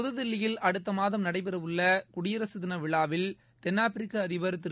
புதுதில்லியில் அடுத்தமாதம் நடைபெறவுள்ளகுடியரசுதினவிழாவில் தென்னாப்பிரிக்கஅதிபர் திரு